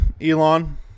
elon